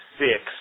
six